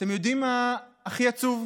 ואתם יודעים מה הכי עצוב?